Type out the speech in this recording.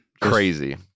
Crazy